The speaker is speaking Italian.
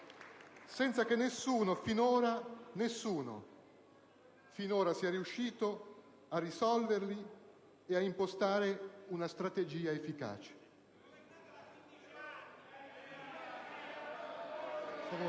senza che nessuno finora sia riuscito a risolverli e ad impostare una strategia efficace.